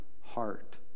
heart